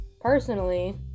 personally